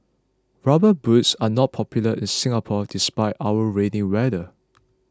rubber boots are not popular in Singapore despite our rainy weather